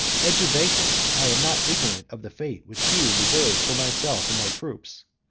had you vanquished, i am not ignorant of the fate which you reserved for myself and my troops.